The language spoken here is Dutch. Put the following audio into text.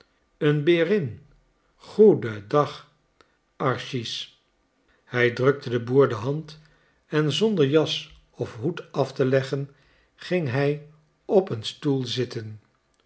een berin goeden dag archiz hij drukte den boer de hand en zonder jas of hoed af te leggen ging hij op een stoel zitten